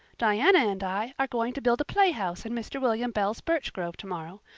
diana and i are going to build a playhouse in mr. william bell's birch grove tomorrow.